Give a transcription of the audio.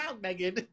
Megan